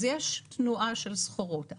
אז יש תנועה של סחורות,